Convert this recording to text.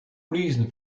reason